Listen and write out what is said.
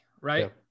right